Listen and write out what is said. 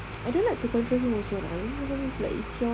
I don't like to control him also lah it's like it's your